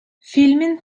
filmin